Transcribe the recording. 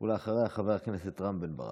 סלימאן, ואחריה, חבר הכנסת רם בן ברק.